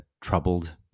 troubled